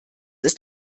ist